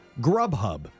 Grubhub